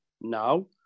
now